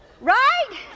Right